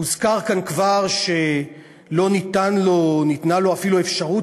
הוזכר כאן כבר שלא ניתנה לו אפילו אפשרות